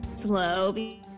slow